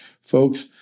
Folks